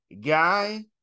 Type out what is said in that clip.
Guy